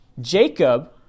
Jacob